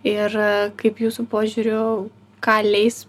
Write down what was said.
ir kaip jūsų požiūriu ką leis